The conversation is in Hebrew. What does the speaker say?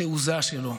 בתעוזה שלו,